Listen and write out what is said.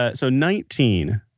ah so, nineteen.